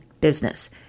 business